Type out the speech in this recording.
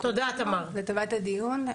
לטובת הדיון,